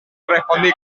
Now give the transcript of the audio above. respondí